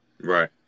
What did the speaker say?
right